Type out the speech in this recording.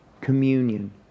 Communion